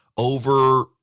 over